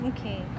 Okay